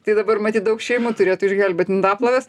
tai dabar matyt daug šeimų turėtų išgelbėt indaplovės